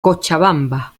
cochabamba